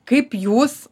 kaip jūs